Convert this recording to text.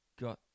got